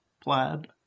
Plaid